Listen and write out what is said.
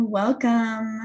welcome